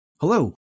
Hello